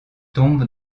tombe